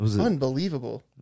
Unbelievable